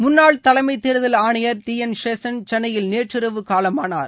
முன்னாள் தலைமைத் தேர்தல் ஆணையர் டி என் சேஷன் சென்னையில் நேற்றிரவு காலமானார்